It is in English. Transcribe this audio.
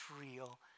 real